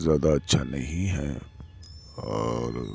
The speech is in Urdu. زیادہ اچھا نہیں ہے اور